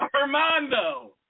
Armando